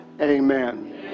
amen